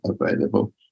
available